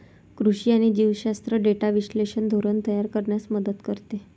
कृषी आणि जीवशास्त्र डेटा विश्लेषण धोरण तयार करण्यास मदत करते